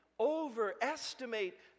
Overestimate